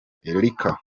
erica